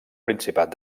principat